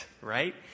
right